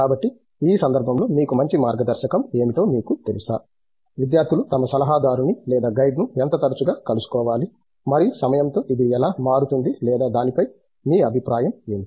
కాబట్టి ఈ సందర్భంలో మీకు మంచి మార్గదర్శకం ఏమిటో మీకు తెలుసా విద్యార్థులు తమ సలహాదారుని లేదా గైడ్ను ఎంత తరచుగా కలుసుకోవాలి మరియు సమయంతో ఇది ఎలా మారుతుంది లేదా దీనిపై మీ అభిప్రాయం ఏమిటి